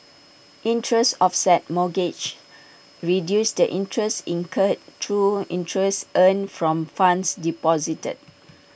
interest offset mortgages reduces the interest incurred through interest earned from funds deposited